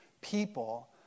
people